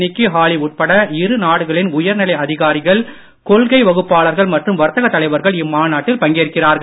நிக்கி Haley உட்பட இரு நாடுகளின் உயர்நிலை அதிகாரிகள் கொள்கை வகுப்பாளர்கள் மற்றும் வர்த்தக தலைவர்கள் இம்மாநாட்டில் பங்கேற்கிறார்கள்